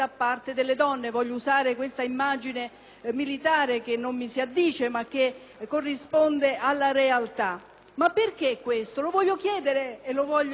Ma perché questo? Lo voglio chiedere e ne voglio discutere interloquendo anche con i colleghi rappresentanti del genere maschile: